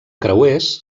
creuers